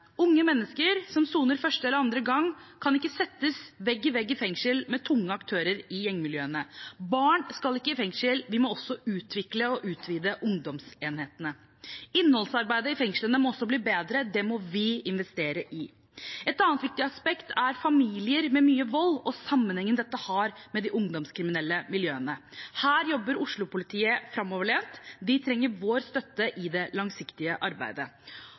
Unge mennesker som soner for første eller andre gang, kan ikke settes vegg i vegg i fengsel med tunge aktører i gjengmiljøene. Barn skal ikke i fengsel, vi må også utvikle og utvide ungdomsenhetene. Innholdsarbeidet i fengslene må også bli bedre. Det må vi investere i. Et annet viktig aspekt er familier med mye vold og sammenhengen dette har med de ungdomskriminelle miljøene. Her jobber Oslo-politiet framoverlent. De trenger vår støtte i det langsiktige arbeidet.